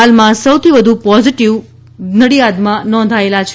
હાલમાં સૌથી વધુ પોઝિટિવ નડિયાદમાં નોંધાયેલ છે